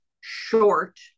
short